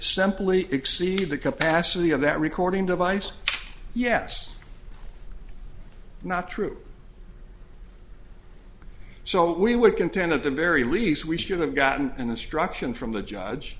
simply exceed the capacity of that recording device yes not true so we would contend at the very least we should have gotten in the struction from the judge